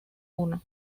uno